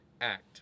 act